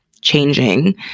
changing